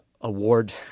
award